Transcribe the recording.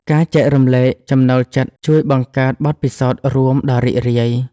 ការចែករំលែកចំណូលចិត្តជួយបង្កើតបទពិសោធន៍រួមដ៏រីករាយ។